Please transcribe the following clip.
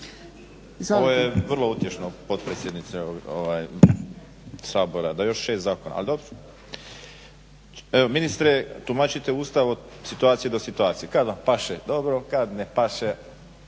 Ovo je vrlo utješno potpredsjednice Sabora, da još 6 zakona. Ali dobro. Evo ministre, tumačite Ustav od situacije do situacije, kad vam paše dobro, kad ne paše